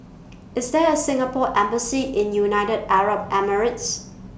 IS There A Singapore Embassy in United Arab Emirates